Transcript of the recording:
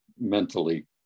mentally